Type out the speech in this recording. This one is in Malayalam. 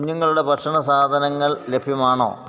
കുഞ്ഞുങ്ങളുടെ ഭക്ഷണ സാധനങ്ങൾ ലഭ്യമാണോ